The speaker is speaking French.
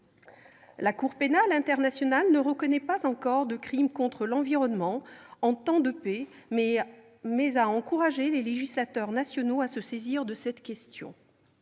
La Cour pénale internationale ne reconnaît pas encore de crimes contre l'environnement en temps de paix, mais a encouragé les législateurs nationaux à se saisir de cette question.